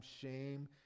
shame